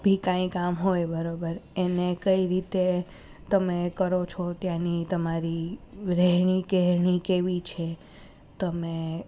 બી કાંઈ કામ હોય બરાબર એને કઈ રીતે તમે કરો છો ત્યાંની તમારી રહેણી કહેણી કેવી છે તમે